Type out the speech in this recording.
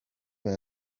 man